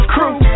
Crew